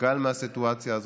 מתוסכל מהסיטואציה הזאת,